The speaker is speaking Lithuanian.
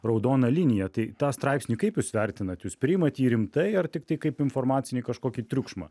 raudoną liniją tai tą straipsnį kaip jūs vertinat jūs priimat jį rimtai ar tiktai kaip informacinį kažkokį triukšmą